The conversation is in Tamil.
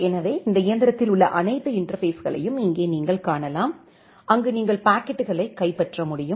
எனவே இந்த இயந்திரத்தில் உள்ள அனைத்து இன்டர்பேஸ்களையும் இங்கே நீங்கள் காணலாம் அங்கு நீங்கள் பாக்கெட்டுகளைப் கைப்பற்ற முடியும்